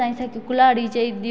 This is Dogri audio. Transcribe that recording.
हड्डियें पीढ़ा होंदियां रौह्नियां